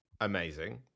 Amazing